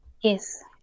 Yes